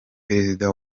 perezida